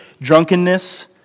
drunkenness